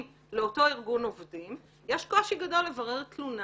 לאותו ארגון עובדים יש קושי גדול לברר תלונה.